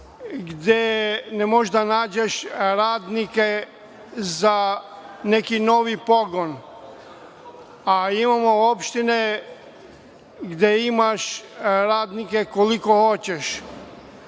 gde ne možeš da nađeš radnike za neki novi pogon, a imamo opštine gde imaš radnika koliko hoćeš.